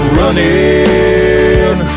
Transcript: running